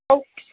okay